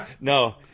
no